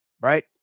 right